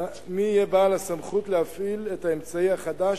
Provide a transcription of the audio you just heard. מי יהיה בעל הסמכות להפעיל את האמצעי החדש,